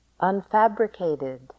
unfabricated